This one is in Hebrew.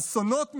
אסונות מתרחשים.